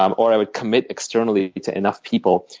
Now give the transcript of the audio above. um or i would commit externally to enough people,